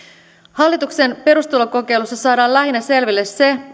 hallituksen perustulokokeilussa saadaan lähinnä selville se